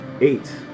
Eight